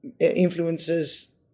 influences